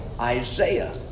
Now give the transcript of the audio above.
Isaiah